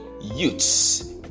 Youths